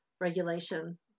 regulation